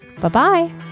Bye-bye